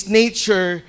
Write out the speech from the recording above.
nature